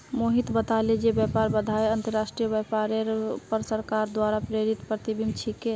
मोहित बताले जे व्यापार बाधाएं अंतर्राष्ट्रीय व्यापारेर पर सरकार द्वारा प्रेरित प्रतिबंध छिके